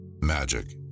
Magic